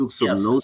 Yes